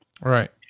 Right